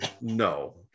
No